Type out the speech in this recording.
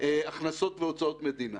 הכנסות והוצאות מדינה.